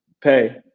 Pay